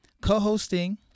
co-hosting